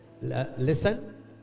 Listen